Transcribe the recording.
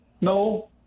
no